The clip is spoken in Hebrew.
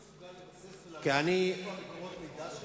אדוני מסוגל לבסס ולהגיד מאיפה מקורות המידע שלו?